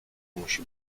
musi